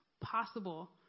possible